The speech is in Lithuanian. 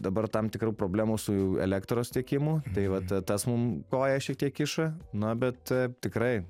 dabar tam tikrų problemų su elektros tiekimu tai vat tas mum koją šiek tiek kiša na bet tikrai